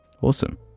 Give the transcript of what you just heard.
Awesome